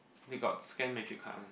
they got scan metric card one